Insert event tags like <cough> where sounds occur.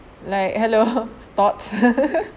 like hello <laughs> thoughts <laughs>